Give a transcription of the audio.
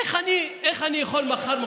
איך אני יכול מחר,